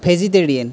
vegetarian